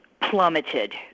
plummeted